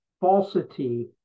falsity